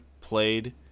played